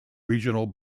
regional